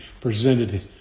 presented